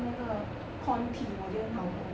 那个 corn tea 我觉得很好喝